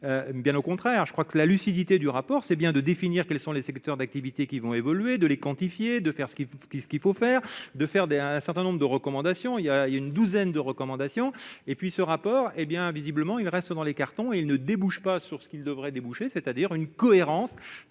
bien au contraire, je crois que la lucidité du rapport, c'est bien de définir quels sont les secteurs d'activités qui vont évoluer, de les quantifier, de faire ce qu'il faut ce qu'il faut faire de faire d'un certain nombre de recommandations, il y a, il y a une douzaine de recommandations et puis ce rapport hé bien visiblement, il reste dans les cartons, il ne débouche pas sur ce qu'il devrait déboucher, c'est-à-dire une cohérence